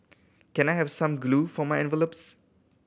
can I have some glue for my envelopes